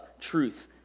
truth